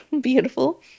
Beautiful